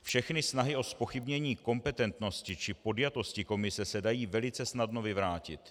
Všechny snahy o zpochybnění kompetentnosti či podjatosti komise se dají velice snadno vyvrátit.